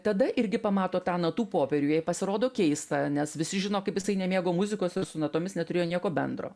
tada irgi pamato tą natų popierių jai pasirodo keista nes visi žino kaip jisai nemėgo muzikos ir su natomis neturėjo nieko bendro